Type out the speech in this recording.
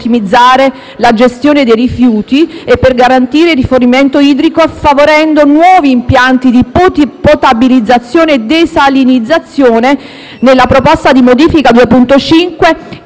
la gestione dei rifiuti e per garantire il rifornimento idrico, favorendo nuovi impianti di potabilizzazione e desalinizzazione. Nella proposta di modifica 2.5